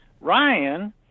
Ryan